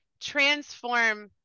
transform